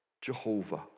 Jehovah